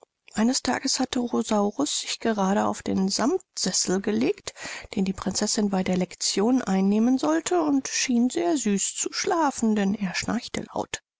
eines tages hatte rosaurus sich gerade auf den sammtsessel gelegt den die prinzessin bei der lection einnehmen sollte und schien sehr süß zu schlafen denn er schnarchte laut